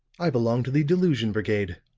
i belong to the delusion brigade.